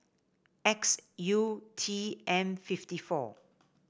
X U T M fifty four